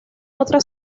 otra